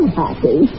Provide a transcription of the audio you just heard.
happy